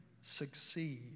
succeed